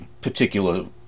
particular